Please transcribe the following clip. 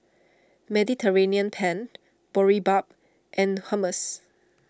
Mediterranean Penne Boribap and Hummus